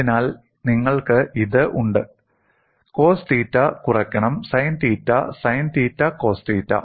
അതിനാൽ നിങ്ങൾക്ക് ഇത് ഉണ്ട് കോസ് തീറ്റ കുറക്കണം sine theta sine theta cos തീറ്റ